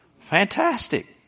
Fantastic